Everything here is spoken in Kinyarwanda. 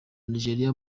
nigeria